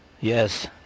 Yes